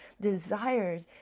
desires